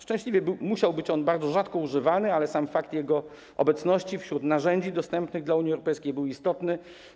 Szczęśliwie musiał być on bardzo rzadko używany, ale sam fakt jego obecności wśród narzędzi dostępnych dla Unii Europejskiej był istotny.